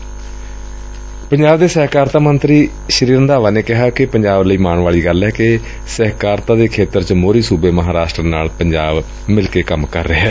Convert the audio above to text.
ਇਸ ਮੌਕੇ ਪੰਜਾਬ ਦੇ ਸਹਿਕਾਰਤਾ ਮੰਤਰੀ ਸ੍ਰੀ ਰੰਧਾਵਾ ਨੇ ਕਿਹਾ ਕਿ ਪੰਜਾਬ ਲਈ ਮਾਣ ਵਾਲੀ ਗੱਲ ਏ ਕਿ ਸਹਿਕਾਰਤਾ ਖੇਤਰ ਵਿੱਚ ਮੋਹਰੀ ਸੁਬੇ ਮਹਾਂਰਾਸ਼ਟਰ ਨਾਲ ਪੰਜਾਬ ਨਾਲ ਮਿਲ ਕੇ ਕੰਮ ਕਰ ਰਿਹੈ